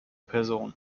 person